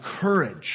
courage